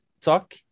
talk